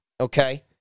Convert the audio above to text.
okay